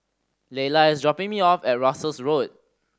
Leila is dropping me off at Russels Road